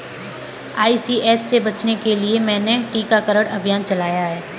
ICH से बचने के लिए मैंने टीकाकरण अभियान चलाया है